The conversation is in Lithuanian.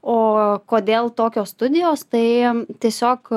o kodėl tokios studijos tai tiesiog